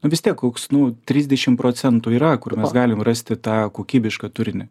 nu vis tiek koks nu trisdešimt procentų yra kur mes galim rasti tą kokybišką turinį